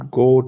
go